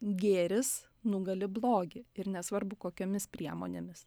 gėris nugali blogį ir nesvarbu kokiomis priemonėmis